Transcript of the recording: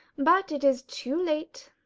but it is too late.